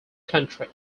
country